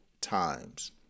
Times